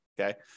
Okay